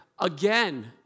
Again